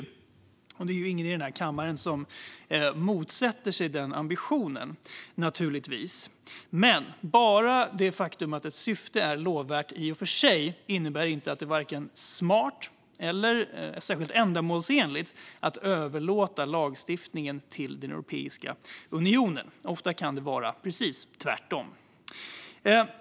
Det är naturligtvis ingen i den här kammaren som motsätter sig den ambitionen, men bara det faktum att ett syfte är lovvärt i och för sig innebär inte att det är vare sig smart eller särskilt ändamålsenligt att överlåta lagstiftningen till Europeiska unionen. Ofta kan det vara precis tvärtom.